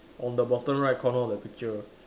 on the bottom right corner of the picture